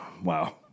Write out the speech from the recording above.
Wow